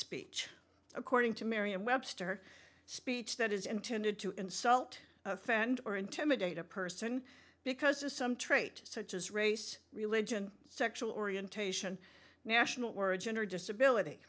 speech according to merriam webster speech that is intended to insult offend or intimidate a person because of some trait such as race religion sexual orientation national origin or disability